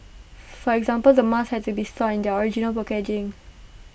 for example the masks have to be stored in their original packaging